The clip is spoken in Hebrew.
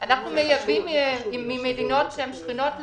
אנחנו מייבאים ממדינות שהן שכנות לנו,